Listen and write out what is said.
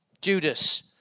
Judas